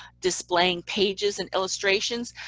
displaying pages and illustrations.